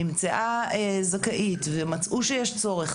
נמצאה זכאית ומצאו שיש צורך,